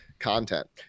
content